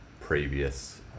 previous